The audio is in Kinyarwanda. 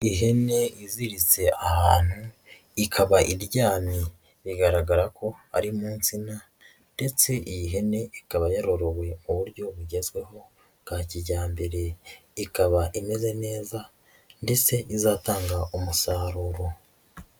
Ihene iziritse ahantu ikaba iryamye, bigaragara ko ari mu nsina, ndetse iyi hene ikaba yarorowe mu buryo bugezweho bwa kijyambere. Ikaba imeze neza, ndetse izatanga umusaruro.